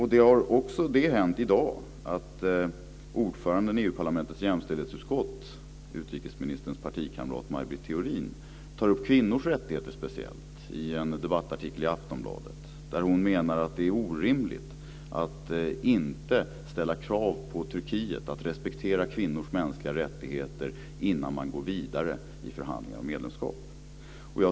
I dag tar också ordföranden i EU-parlamentets jämställdhetsutskott, utrikesministerns partikamrat Maj-Britt Theorin, upp kvinnors rättigheter i en debattartikel i Aftonbladet. Hon menar att det är orimligt att inte ställa krav på Turkiet att respektera kvinnors mänskliga rättigheter innan man går vidare i förhandlingar om medlemskap.